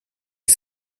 qui